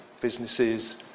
businesses